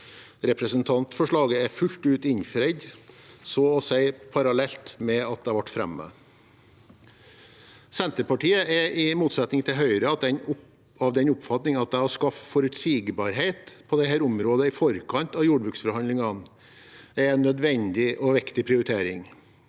Representantforslagene er fullt ut innfridd, så å si parallelt med at det ble fremmet. Senterpartiet er i motsetning til Høyre av den oppfatning at det å skape forutsigbarhet på dette området i forkant av jordbruksforhandlingene er en nødvendig og viktig prioritering.